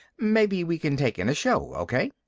maybe we can take in a show. okay?